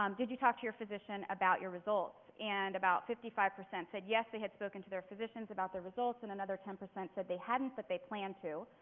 um did you talk to your physician about your results? and about fifty five percent said yes, they had spoken to their physicians about their results and another ten percent said they hadn't but they planned to.